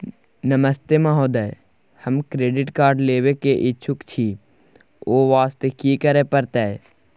नमस्ते महोदय, हम credit card लेबे के इच्छुक छि ओ वास्ते की करै परतै?